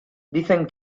dicen